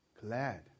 glad